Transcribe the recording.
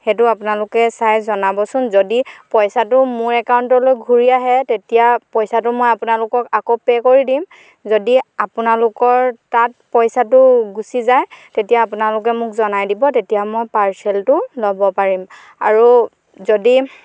সেইটো আপোনালোকে চাই জনাবচোন যদি পইচাটো মোৰ একাউণ্টলৈ ঘূৰি আহে তেতিয়া পইচাটো মই আপোনালোকক আকৌ পে' কৰি দিম যদি আপোনালোকৰ তাত পইচাটো গুচি যায় তেতিয়া আপোনালোকে মোক জনাই দিব তেতিয়া মই পাৰ্চেলটো ল'ব পাৰিম আৰু যদি